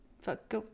Fuck